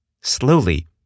Slowly